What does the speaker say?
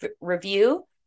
review